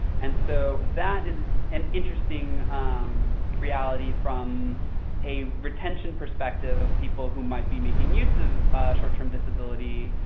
and so, that is an interesting reality from a retention perspective of people who might be making use of short-term disability,